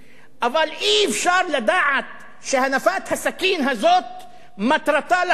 אבל אי-אפשר לדעת שהנפת הסכין הזאת מטרתה להרוג.